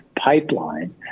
pipeline